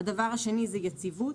שנית, יציבות.